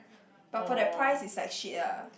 but for that price is like shit lah